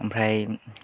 ओमफ्राय